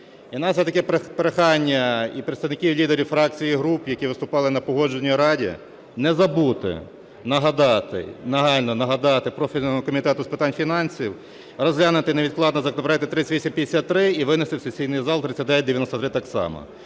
у нас таке прохання і представників лідерів фракцій і груп, які виступали на Погоджувальній раді, не забути нагадати, нагально нагадати профільному Комітету з питань фінансів розглянути невідкладно законопроекти 3853 і винести в сесійний зал 3993 так само.